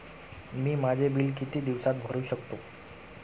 मी माझे बिल किती दिवसांत भरू शकतो?